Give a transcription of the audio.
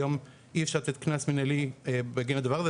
היום אי אפשר לתת קנס מנהלי בגין הדבר הזה,